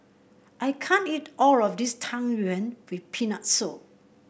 I can't eat all of this Tang Yuen with Peanut Soup